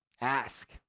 ask